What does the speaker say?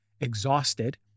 exhausted